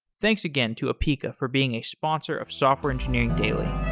thanks again to apica for being a sponsor of software engineering daily